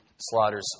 Slaughters